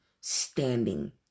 standing